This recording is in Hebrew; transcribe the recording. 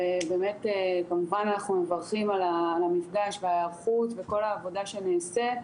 כמובן אנחנו מברכים על המפגש וההיערכות וכל העבודה שנעשית.